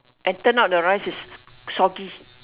and turn out the rice is soggy